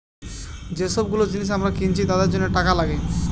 যে সব গুলো জিনিস আমরা কিনছি তার জন্য টাকা লাগে